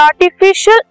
Artificial